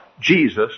Jesus